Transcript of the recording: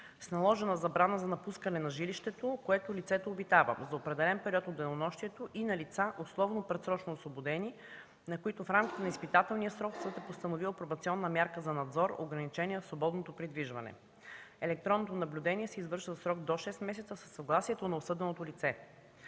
с наложена забрана за напускане на жилището, което лицето обитава за определен период от денонощието, и на лица, условно предсрочно освободени, на които в рамките на изпитателния срок съдът е постановил пробационна мярка за надзор „Ограничение в свободното придвижване”. Електронното наблюдение се извършва за срок до шест месеца със съгласието на осъденото лице.